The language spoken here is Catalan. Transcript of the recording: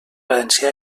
valencià